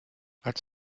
als